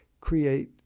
create